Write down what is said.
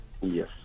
Yes